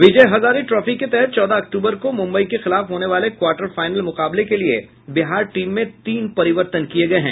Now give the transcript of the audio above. विजय Hazare trophy के तहत चौदह अक्टूबर को मुम्बई के खिलाफ होने वाले क्वार्टर फाइनल मुकाबले के लिये बिहार टीम में तीन परिवर्तन किये गये हैं